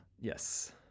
Yes